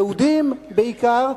יהודים בעיקר,